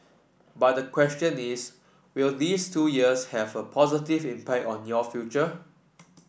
but the question is will these two years have a positive impact on your future